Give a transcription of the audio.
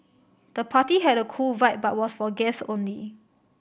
the party had a cool vibe but was for guest only